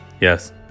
Yes